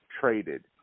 traded